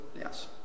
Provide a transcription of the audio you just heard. yes